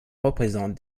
représentent